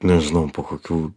nežinau po kokių